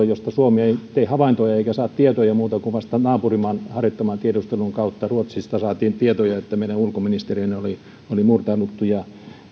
josta suomi ei tee havaintoja eikä saa tietoja muuten kuin vasta naapurimaan harjoittaman tiedustelun kautta ruotsista saatiin tietoja että meidän ulkoministeriöön oli oli murtauduttu ja